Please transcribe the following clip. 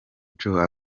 joe